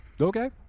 Okay